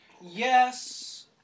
Yes